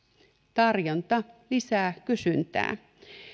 tarjonta lisää kysyntää